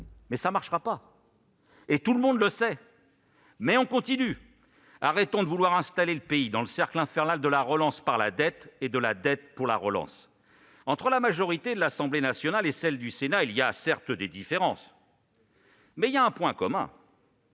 Mais ça ne marchera pas. Tout le monde le sait, mais on continue ! Arrêtons de vouloir installer le pays dans le cercle infernal de la relance par la dette et de la dette pour la relance ! Entre la majorité de l'Assemblée nationale et celle du Sénat, il y a certes des différences, mais il y a un point commun